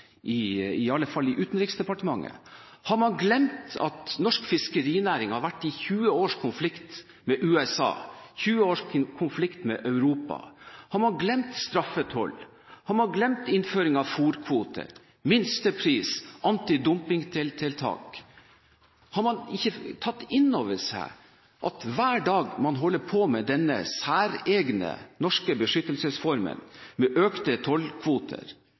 alle fall i Utenriksdepartementet. Har man glemt at norsk fiskerinæring har vært i 20 års konflikt med USA og 20 års konflikt med Europa? Har man glemt straffetoll? Har man glemt innføring av fôrkvoter, minstepris, antidopingtiltak? Har man ikke tatt inn over seg at hver dag man holder på med denne særegne, norske beskyttelsesformen, med økte tollkvoter